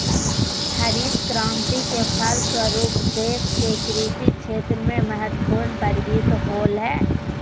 हरित क्रान्ति के फलस्वरूप देश के कृषि क्षेत्र में महत्वपूर्ण प्रगति होलय